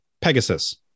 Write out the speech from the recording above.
Pegasus